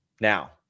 now